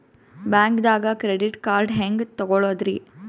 ಬ್ಯಾಂಕ್ದಾಗ credit card ಹೆಂಗ್ ತಗೊಳದ್ರಿ?